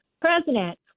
president